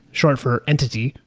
short for entity.